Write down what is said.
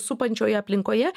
supančioje aplinkoje